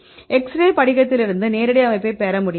Xray படிகத்திலிருந்து நேரடி அமைப்பைப் முடியுமா